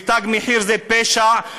ותג מחיר זה פשע,